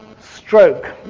stroke